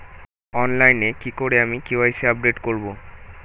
অনলাইনে কি করে আমি কে.ওয়াই.সি আপডেট করব?